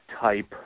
type